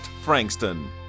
Frankston